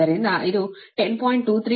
23 degree ಉಲ್ಲೇಖ line ನಿಂದ ನಿಮ್ಮ IS ಆಗಿದೆ